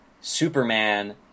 Superman